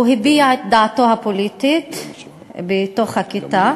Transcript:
הוא הביע את דעתו הפוליטית בתוך הכיתה,